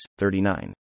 39